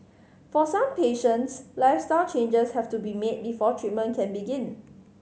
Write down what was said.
for some patients lifestyle changes have to be made before treatment can begin